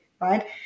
right